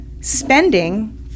spending